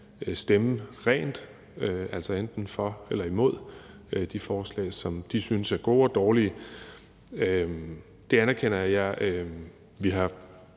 stemme rent, altså enten for eller imod de forslag, som de syntes er gode og dårlige. Det anerkender jeg. Vi er